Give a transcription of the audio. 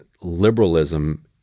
liberalism